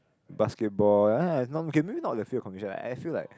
basketball then maybe okay maybe not but I feel like